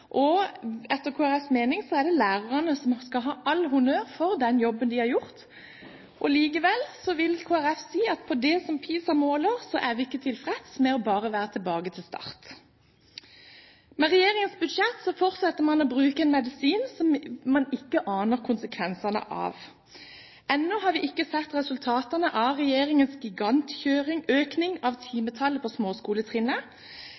og etter Kristelig Folkepartis mening skal lærerne ha all honnør for den jobben de har gjort. Likevel vil Kristelig Folkeparti si at vi med hensyn til det som PISA måler, ikke er tilfreds med bare å være tilbake til start. Med regjeringens budsjett fortsetter man å bruke en medisin som man ikke aner konsekvensene av. Ennå har vi ikke sett resultatene av regjeringens gigantøkning av